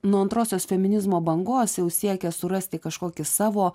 nuo antrosios feminizmo bangos jau siekia surasti kažkokį savo